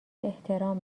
احترام